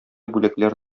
бүләкләр